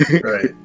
right